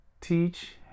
teach